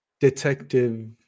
detective